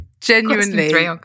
Genuinely